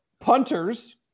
punters